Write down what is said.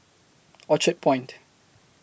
Orchard Point